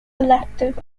elected